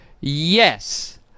Yes